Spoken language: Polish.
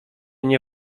nie